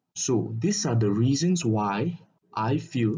so this are the reasons why I feel